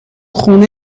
خونه